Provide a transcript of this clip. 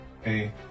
hey